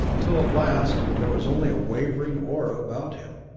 till at last there was only a wavering aura about him.